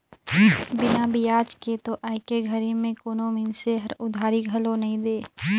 बिना बियाज के तो आयके घरी में कोनो मइनसे हर उधारी घलो नइ दे